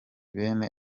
bene